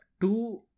two